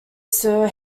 sir